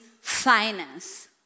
finance